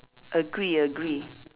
agree agree